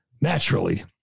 naturally